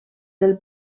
del